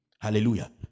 Hallelujah